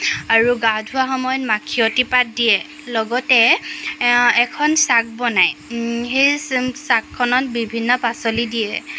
আৰু গা ধোৱা সময়ত মাখিয়তী পাত দিয়ে লগতে এখন চাক বনায় সেই চাকখনত বিভিন্ন পাচলি দিয়ে